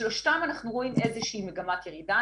בשלושתם אנחנו רואים איזושהי מגמת ירידה.